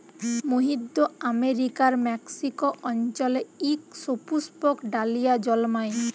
মইধ্য আমেরিকার মেক্সিক অল্চলে ইক সুপুস্পক ডালিয়া জল্মায়